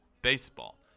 baseball